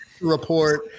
Report